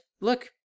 look